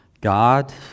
God